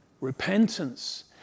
Repentance